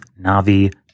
Navi